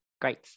Great